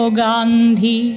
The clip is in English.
gandhi